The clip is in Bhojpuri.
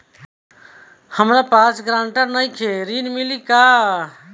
हमरा पास ग्रांटर नईखे ऋण मिली का?